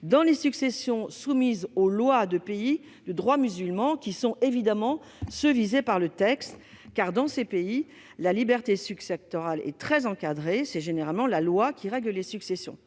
dans les successions soumises aux lois de pays de droit musulman, qui sont évidemment ceux qui sont visés par le texte, car, dans ces pays, la liberté successorale est très encadrée : c'est généralement la loi qui règle les successions.